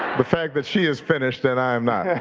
the fact that she is finished and i am not.